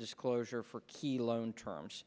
disclosure for key loan terms